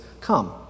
come